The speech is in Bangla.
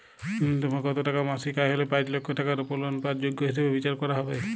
ন্যুনতম কত টাকা মাসিক আয় হলে পাঁচ লক্ষ টাকার উপর লোন পাওয়ার যোগ্য হিসেবে বিচার করা হবে?